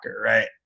right